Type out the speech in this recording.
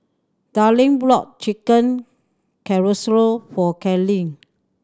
Darline bought Chicken Casserole for Kaelyn